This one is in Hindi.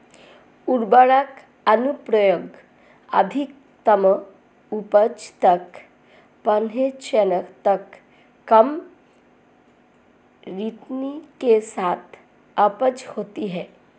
उर्वरक अनुप्रयोग अधिकतम उपज तक पहुंचने तक कम रिटर्न के साथ उपज होती है